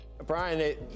Brian